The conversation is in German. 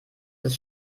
das